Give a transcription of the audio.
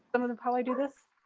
i'm gonna probably do this.